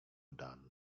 dan